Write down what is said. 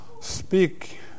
speak